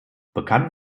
bekannt